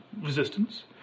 resistance